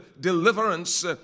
deliverance